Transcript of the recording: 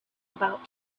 about